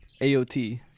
AOT